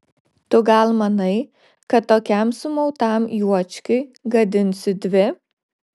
tu gal manai kad tokiam sumautam juočkiui gadinsiu dvi